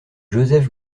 joseph